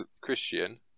Christian